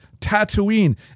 Tatooine